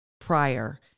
prior